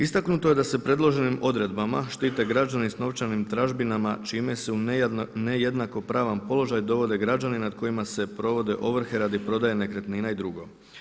Istaknuto je da se predloženim odredbama štite građani s novčanim tražbinama čime se u nejednakopravan položaj dovode građani nad kojima se provode ovrhe radi prodaje nekretnina i drugo.